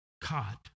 Caught